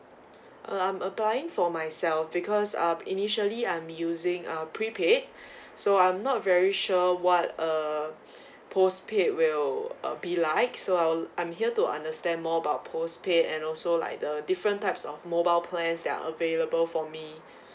uh I'm applying for myself because uh initially I'm using a prepaid so I'm not very sure what uh postpaid will uh be like so I'll I'm here to understand more about postpaid and also like the different types of mobile plans that are available for me